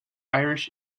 irish